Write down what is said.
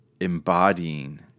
embodying